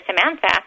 Samantha